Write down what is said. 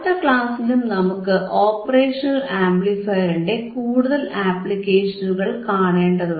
അടുത്ത ക്ലാസിലും നമുക്ക് ഓപ്പറേഷണൽ ആംപ്ലിഫയറിന്റെ കൂടുതൽ ആപ്ലിക്കേഷനുകൾ കാണേണ്ടതുണ്ട്